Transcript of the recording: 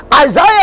Isaiah